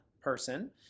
person